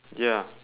ya